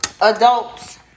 adults